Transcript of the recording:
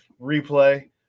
replay